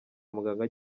muganga